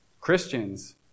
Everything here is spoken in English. Christians